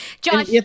Josh